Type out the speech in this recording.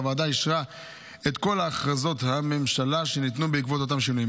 והוועדה אישרה את כל הכרזות הממשלה שניתנו בעקבות אותם שינויים.